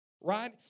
right